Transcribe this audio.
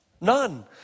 None